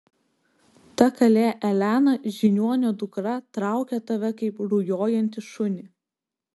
ta kalė elena žiniuonio dukra traukia tave kaip rujojantį šunį